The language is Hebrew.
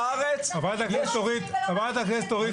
חברת הכנסת אורית סטרוק,